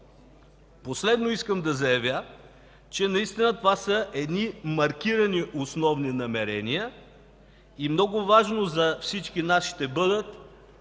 Последно, искам да заявя, че това са маркирани основни намерения и много важни за всички нас ще бъдат